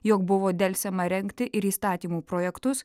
jog buvo delsiama rengti ir įstatymų projektus